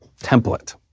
template